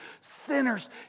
Sinners